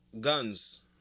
guns